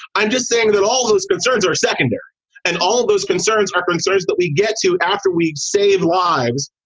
i'm just saying that all those concerns are second-tier and all those concerns are concerns that we get to after we've saved lives,